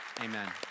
Amen